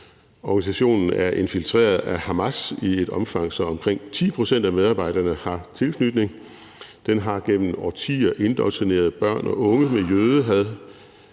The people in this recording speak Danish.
organisationen er infiltreret af Hamas i så stort et omfang, at omkring 10 pct. af medarbejderne har tilknytning dertil; den har gennem årtier indoktrineret børn og unge med jødehad,